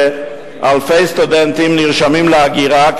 שאלפי סטודנטים נרשמים להגירה,